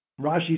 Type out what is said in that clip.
Rashi